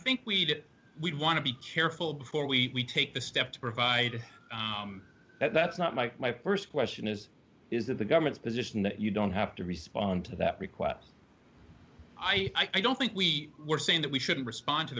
think we'd we'd want to be careful before we take the step to provide that's not my my st question is is that the government's position that you don't have to respond to that request i don't think we were saying that we shouldn't respond to